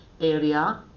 area